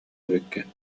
эбиккин